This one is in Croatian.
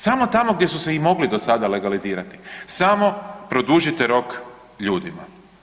Samo tamo gdje su se i mogle do sada legalizirati, samo produžite rok ljudima.